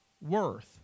Worth